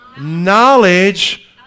knowledge